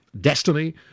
destiny